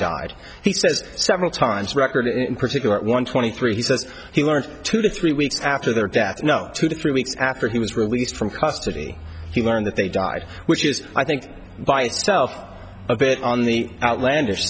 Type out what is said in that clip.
died he says several times record in particular at one twenty three he says he learned two to three weeks after their death no two to three weeks after he was released from custody he learned that they die which is i think by itself a bit on the outlandish